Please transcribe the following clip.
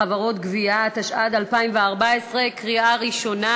(חברות גבייה), התשע"ד 2014, בקריאה ראשונה.